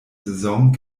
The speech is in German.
saison